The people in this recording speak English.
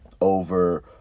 over